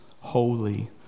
holy